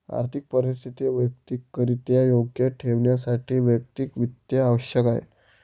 आर्थिक परिस्थिती वैयक्तिकरित्या योग्य ठेवण्यासाठी वैयक्तिक वित्त आवश्यक आहे